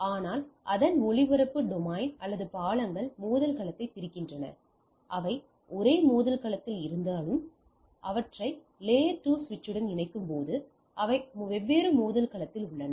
ஆனால் அதே ஒளிபரப்பு டொமைன் அல்லது பாலங்கள் மோதல் களத்தை பிரிக்கின்றன அவை ஒரே மோதல் களத்தில் இருந்தாலும் அவற்றை அடுக்கு 2 சுவிட்சுடன் இணைக்கும்போது அவை வெவ்வேறு மோதல் களத்தில் உள்ளன